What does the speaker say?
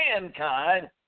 mankind